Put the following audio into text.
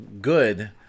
good